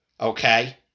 Okay